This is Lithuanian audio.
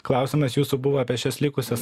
klausimas jūsų buvo apie šias likusias